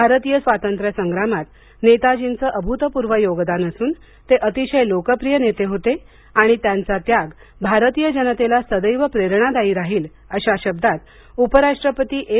भारतीय स्वातंत्र्य संग्रामात नेतार्जींचे अभूतपूर्व योगदान असून ते अतिशय लोकप्रिय नेते होते आणि त्यांचा त्याग भारतीय जनतेला सदैव प्रेरणादायी राहील अशा शब्दात उपराष्ट्रपती एम